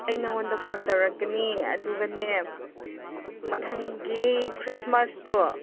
ꯑꯩ ꯅꯪꯉꯣꯟꯗ ꯐꯣꯟ ꯇꯧꯔꯛꯀꯅꯤ ꯑꯗꯨꯒꯅꯦ ꯃꯊꯪꯒꯤ ꯈ꯭ꯔꯤꯁꯃꯥꯁꯇꯣ